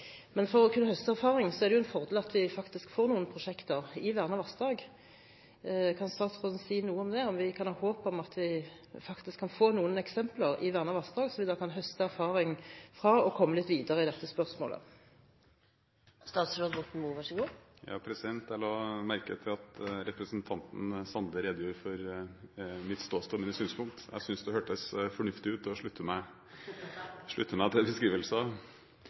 Men for å kunne høste erfaring er det en fordel at vi får noen prosjekter i vernede vassdrag. Kan statsråden si noe om dette, om vi kan ha håp om at vi kan få noen prosjekter, eksempler, i vernede vassdrag, som vi da kan høste erfaring fra – og slik komme litt videre i dette spørsmålet? Jeg la merke til at representanten Sande redegjorde for mitt ståsted og mine synspunkter. Jeg synes det hørtes fornuftig ut og slutter meg til